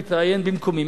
המתראיין במקומי,